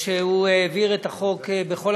מבקש לברך כאחד